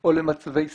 או למצבי סיכון,